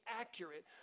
accurate